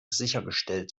sichergestellt